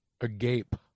agape